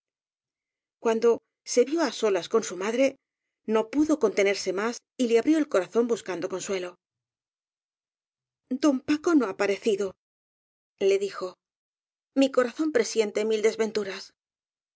cuando se vio á solas con su madre no pudo contenerse más y le abrió el corazón buscando consuelo don paco no ha parecido le dijo mi cora zón presiente mil desventuras